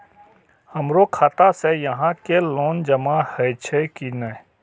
हमरो खाता से यहां के लोन जमा हे छे की ने?